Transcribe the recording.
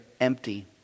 empty